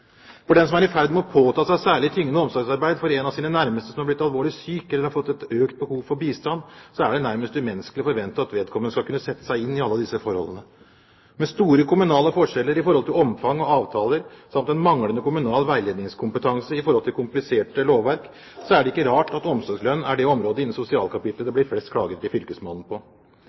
For den som er i ferd med å påta seg særlig tyngende omsorgsarbeid for en av sine nærmeste som er blitt alvorlig syk, eller har fått et økt behov for bistand, er det nærmest umenneskelig å forvente at vedkommende skal kunne sette seg inn i alle disse forholdene. Med store kommunale forskjeller i omfang og avtaler, samt en manglende kommunal veiledningskompetanse i forhold til kompliserte lovverk, er det ikke rart at omsorgslønn er det området innen sosialkapittelet det blir flest klager til fylkesmannen på.